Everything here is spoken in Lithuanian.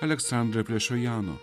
aleksandra plešojano